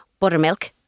Buttermilk